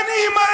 אין אימא?